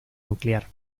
nuclear